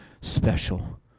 special